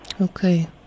Okay